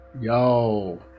Yo